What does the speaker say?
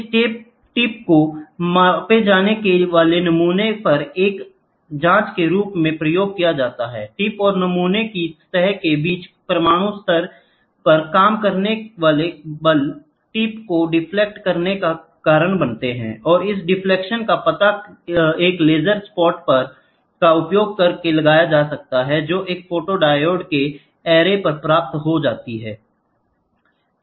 इस टिप को मापे जाने वाले नमूने पर एक जांच के रूप में प्रयोग किया जाता है टिप और नमूने की सतह के बीच परमाणु स्तर पर काम करने वाले बल टिप को डिफलेक्ट करने का कारण बनते हैं और इस डिफ्लेक्शन का पता एक लेज़र स्पॉट का उपयोग करके लगाया जाता है जो एक फोटोडायोड के ऐरे पर प्राप्त होती है